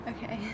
Okay